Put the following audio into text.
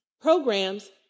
programs